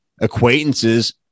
acquaintances